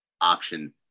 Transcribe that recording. option